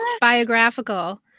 biographical